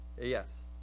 Yes